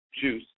juice